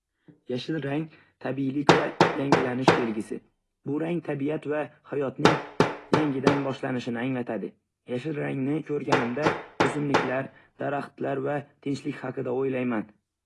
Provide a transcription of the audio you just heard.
Yashil rang tabiiylik va yangilanish belgisi. Bu rang tabiat va hayotning yangidan boshlanishini anglatadi. Yashil rangni ko‘rganimda, o‘simliklar, daraxtlar va tinchlik haqida o‘ylayman.